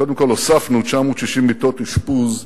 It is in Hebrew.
קודם כול, הוספנו 960 מיטות אשפוז בבתי-החולים.